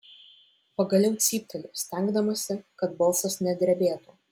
pagaliau cypteliu stengdamasi kad balsas nedrebėtų